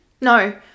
No